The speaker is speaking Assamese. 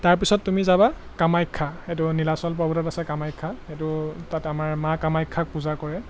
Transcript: তাৰপিছত তুমি যাবা কামাখ্যা সেইটো নীলাচল পৰ্বতত আছে কামাখ্যা সেইটো তাত আমাৰ মা কামাখ্যাক পূজা কৰে